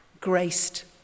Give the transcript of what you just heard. graced